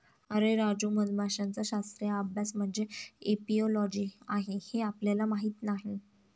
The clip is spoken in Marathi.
अरे राजू, मधमाशांचा शास्त्रीय अभ्यास म्हणजे एपिओलॉजी आहे हे आपल्याला माहीत नाही